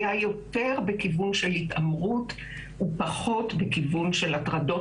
היה יותר בכיוון של התעמרות ופחות בכיוון של הטרדות